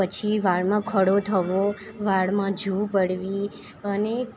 પછી વાળમાં ખોડો થવો વાળમાં જૂ પડવી અને